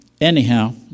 anyhow